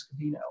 Scavino